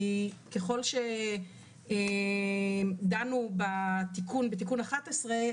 כי ככל שדנו בתיקון 11,